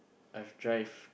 I've drive